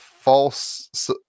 false